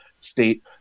state